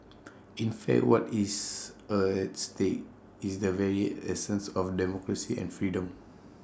in fact what is A stake is the very essence of democracy and freedom